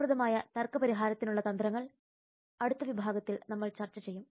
ഫലപ്രദമായ തർക്ക പരിഹാരത്തിനുള്ള തന്ത്രങ്ങൾ അടുത്ത വിഭാഗത്തിൽ നമ്മൾ ചർച്ച ചെയ്യും